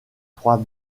trois